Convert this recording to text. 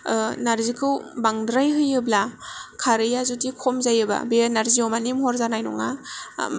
नारजिखौ बांद्राय होयोब्ला खारैया जुदि खम जायोबा बे नारजि अमानि महर जानाय नङा